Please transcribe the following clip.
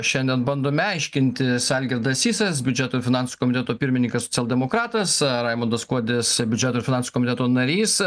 šiandien bandome aiškintis algirdas sysas biudžeto finansų komiteto pirminikas socialdemokratas raimundas kuodis biudžeto ir finansų komiteto narys